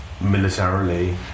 militarily